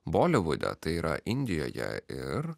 bolivude tai yra indijoje ir